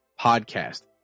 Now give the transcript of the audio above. podcast